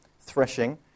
threshing